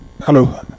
hello